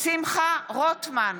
שמחה רוטמן,